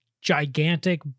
gigantic